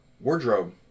wardrobe